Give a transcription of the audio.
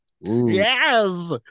Yes